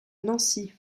nancy